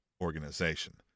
organization